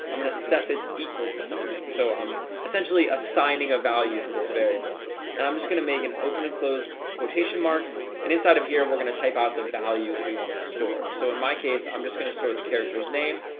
i'm gonna set this equal to something so i'm essentially assigning a value to this variable and i'm just gonna make an open and closed quotation marks and inside of here we're gonna type out the value that we want to store so in my case, i'm just gonna store the character's name,